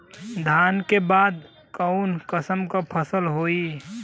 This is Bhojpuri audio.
धान के बाद कऊन कसमक फसल होई?